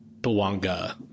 Bawanga